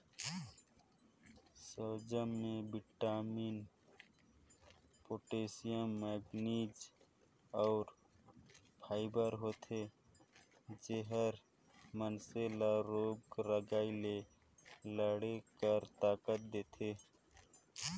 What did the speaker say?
सलजम में vitamin, potassium, manganese अउ फाइबर होथे जेहर मइनसे ल रोग राई ले लड़े कर ताकत देथे